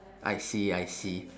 I see I see